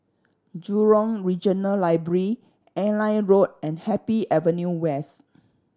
Jurong Regional Library Airline Road and Happy Avenue West